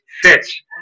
fits